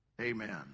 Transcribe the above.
Amen